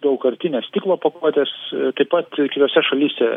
daugkartinės stiklo pakuotes taip pat kitose šalyse